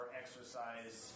exercise